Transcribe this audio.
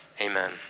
amen